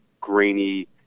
grainy